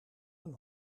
een